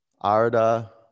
Arda